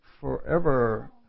forever